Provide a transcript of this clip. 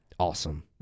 Awesome